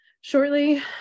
shortly